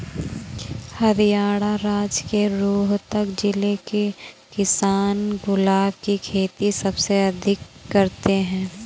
हरियाणा राज्य के रोहतक जिले के किसान गुलाब की खेती सबसे अधिक करते हैं